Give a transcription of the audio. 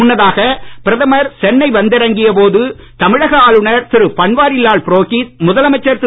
முன்னதாக பிரதமர் சென்னை வந்திறங்கிய போது தமிழக ஆளுநர் பன்வாரிலால் புரோகித் முதலமைச்சர் திரு